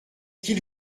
qu’il